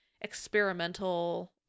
experimental